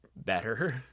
better